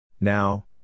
Now